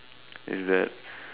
is that